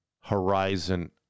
horizon